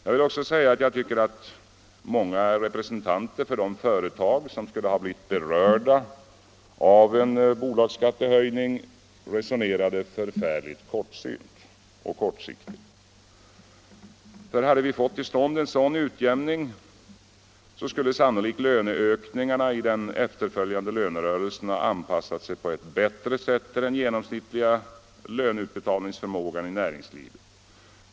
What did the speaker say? Jag vill också säga att jag tycker att många representanter för de företag som skulle ha blivit berörda av en bolagsskattehöjning resonerade förfärligt kortsynt och kortsiktigt. För hade vi fått till stånd en sådan utjämning skulle sannolikt löneökningarna i den efterföljande lönerörelsen ha anpassat sig på ett bättre sätt till den genomsnittliga löneutbetalningsförmågan i näringslivet.